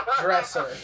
dresser